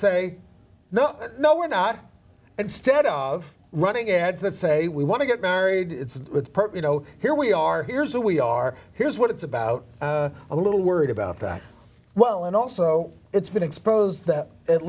say no no we're not instead of running ads that say we want to get married you know here we are here is who we are here's what it's about a little worried about that well and also it's been exposed that at